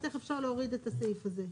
מבחינת אפשר להוריד את הסעיף הזה.